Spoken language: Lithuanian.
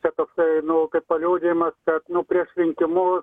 čia toksai nu kaip paliudijimas kad nu prieš rinkimus